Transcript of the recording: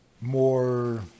more